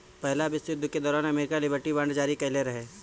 पहिला विश्व युद्ध के दौरान अमेरिका लिबर्टी बांड जारी कईले रहे